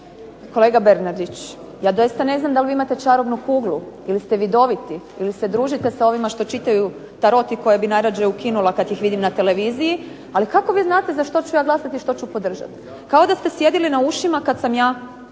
Kolega Bernardić, ja doista ne znam da li vi imate čarobnu kuglu ili ste vidoviti ili se družite sa ovima što čitaju tarot i koje bi najradije ukinula kada ih vidim na televiziji. Ali kako vi znate za što ću ja glasati i što ću podržati. Kao da ste sjedili na ušima kada sam ja